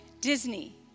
Disney